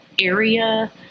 area